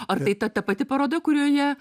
ar tai ta pati paroda kurioje